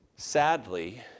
Sadly